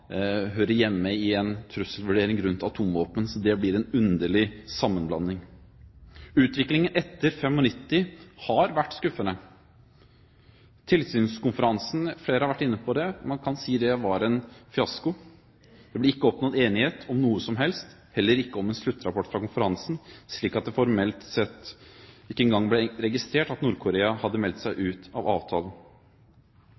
hører hjemme i en trusselvurdering rundt atomvåpen. Så det blir en underlig sammenblanding. Utviklingen etter 1995 har vært skuffende. Tilsynskonferansen – flere har vært inne på den – kan man si var en fiasko. Det ble ikke oppnådd enighet om noe som helst, heller ikke om en sluttrapport fra konferansen, slik at det formelt sett ikke engang ble registrert at Nord-Korea hadde meldt seg